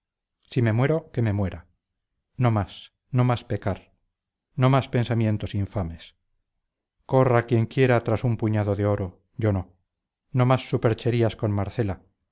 si me muero que me muera no más no más pecar no más pensamientos infames corra quien quiera tras un puñado de oro yo no no más supercherías con marcela